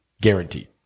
Guaranteed